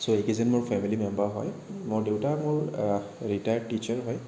চ' এইকেইজন মোৰ family member হয় মোৰ দেউতা মোৰ ৰিটায়াৰ্দ টিছাৰ হয়